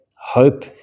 hope